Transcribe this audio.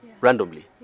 randomly